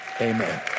Amen